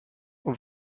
und